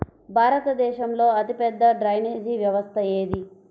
భారతదేశంలో అతిపెద్ద డ్రైనేజీ వ్యవస్థ ఏది?